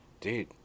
dude